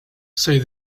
said